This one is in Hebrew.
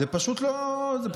זה פשוט הזוי.